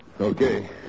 Okay